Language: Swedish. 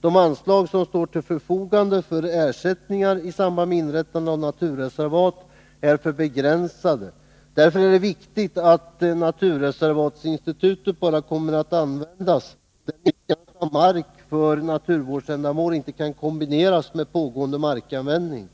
De anslag som står till förfogande för ersättningar i samband med inrättande av naturreservat är alltför begränsade. Därför är det viktigt att naturreservat kommer att användas bara när nyttjande av mark för naturvårdsändamål inte kan kombineras med pågående markanvändning.